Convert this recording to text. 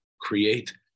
create